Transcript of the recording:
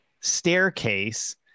staircase